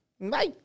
Bye